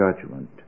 judgment